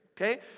Okay